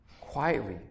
Quietly